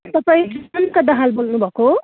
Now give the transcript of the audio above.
तपाईँ ममता दाहाल बोल्नु भएको हो